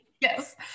Yes